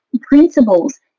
principles